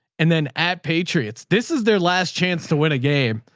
and then at patriots, this is their last chance to win a game.